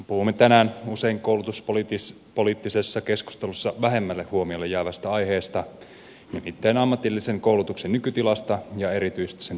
puhumme tänään usein koulutuspoliittisessa keskustelussa vähemmälle huomiolle jäävästä aiheesta nimittäin ammatillisen koulutuksen nykytilasta ja erityisesti sen tulevaisuudesta